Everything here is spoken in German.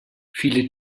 viele